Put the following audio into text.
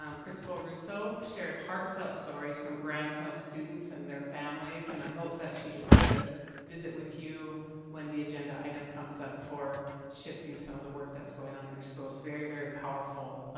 um principal russo shared heartfelt stories from graham hill students and their families and i hope that she gets to visit with you when the agenda item comes for shifting some of the work that's going on in her school is very very powerful.